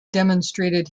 demonstrated